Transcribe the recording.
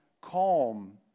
calm